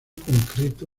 concreto